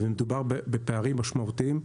ומדובר בפערים משמעותיים.